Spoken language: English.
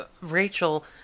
Rachel